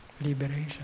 liberation